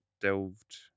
delved